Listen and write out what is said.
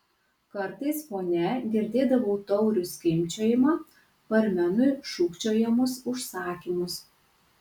kartais fone girdėdavau taurių skimbčiojimą barmenui šūkčiojamus užsakymus